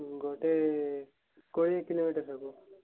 ଗୋଟେ କୋଡ଼ିଏ କିଲୋମିଟର ହବ